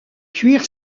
cuir